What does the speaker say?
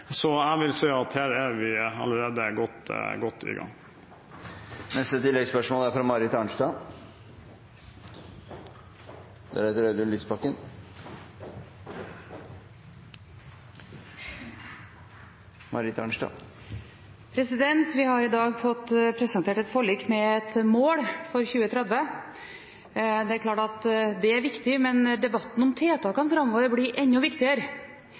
Så jeg vil si at her er vi allerede godt i gang. Marit Arnstad – til oppfølgingsspørsmål. Vi har i dag fått presentert et forlik med et mål for 2030. Det er klart at det er viktig, men debatten om tiltakene framover blir enda viktigere,